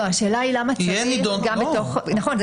נכון,